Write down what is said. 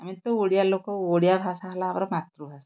ଆମେ ତ ଓଡ଼ିଆ ଲୋକ ଓଡ଼ିଆ ଭାଷା ହେଲା ଆମର ମାତୃଭାଷା